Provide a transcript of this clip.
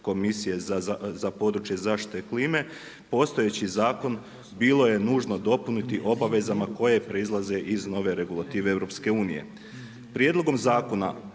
Komisije za područje zaštite klime postojeći zakon bilo je nužno dopuniti obavezama koje proizlaze iz nove regulative EU. Prijedlogom zakona